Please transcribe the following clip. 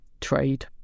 trade